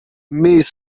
mais